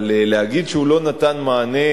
אבל להגיד שהוא לא נתן מענה,